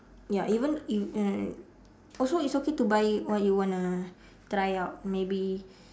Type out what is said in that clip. ya even if uh also it's okay to buy what you wanna try out maybe